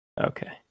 okay